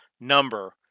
number